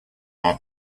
are